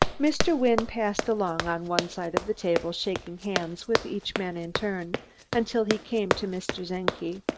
mr. wynne passed along on one side of the table, shaking hands with each man in turn until he came to mr. czenki.